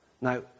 Now